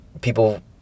People